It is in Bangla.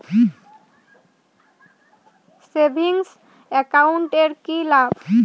সেভিংস একাউন্ট এর কি লাভ?